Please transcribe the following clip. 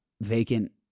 vacant